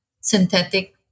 synthetic